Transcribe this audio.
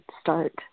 start